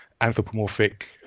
anthropomorphic